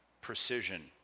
precision